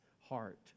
heart